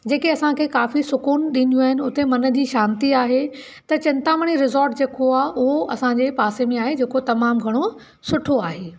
जेके असांखे काफ़ी सुकून ॾींदियूं आहिनि हुते मन जी शांति आहे त चिंतामणी रिसोर्ट जेको आहे उहो असांजे पासे में आहे जेको तमामु घणो सुठो आहे